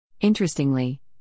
Interestingly